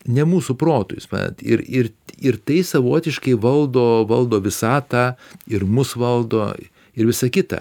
ne mūsų protui suprantat ir ir ir tai savotiškai valdo valdo visatą ir mus valdo ir visa kita